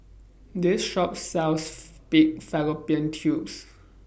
This Shop sells Pig Fallopian Tubes